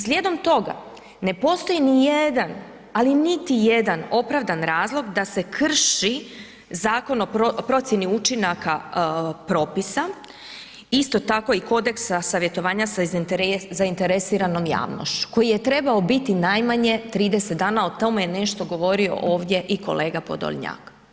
Slijedom toga ne postoji ni jedan, ali niti jedan opravdan razlog da se krši Zakon o procjeni učinaka propisa, isto tako i Kodeksa savjetovanja sa zainteresiranom javnošću koji je trebao biti najmanje 30 dana, o tome je nešto govorio ovdje i kolega Podolnjak.